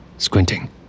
Squinting